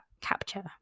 capture